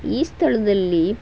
ಈ ಸ್ಥಳದಲ್ಲಿ